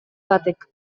batek